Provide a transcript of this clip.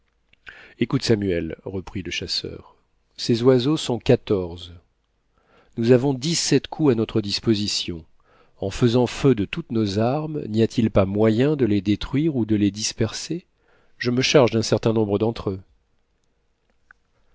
écoute samuel reprit le chasseur ces oiseaux sont quatorze nous avons dix-sept coups à notre disposition en faisant feu de toutes nos armes n'y a-t-il pas moyen de les détruire ou de les disperser je me charge d'un certain nombre d'entre eux